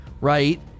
right